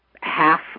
half